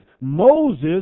Moses